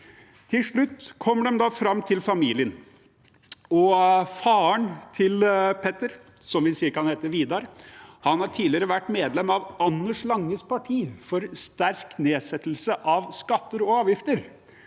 Til slutt kommer de fram til familien. Faren til Petter, som vi kan si heter Vidar, har tidligere vært medlem av Anders Langes parti til sterk nedsettelse av skatter, avgifter